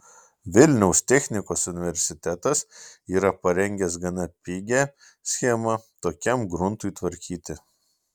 vilniaus technikos universitetas yra parengęs gana pigią schemą tokiam gruntui tvarkyti